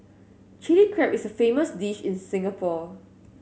Chilli Crab is a famous dish in Singapore